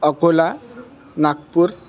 Akola Nagapuram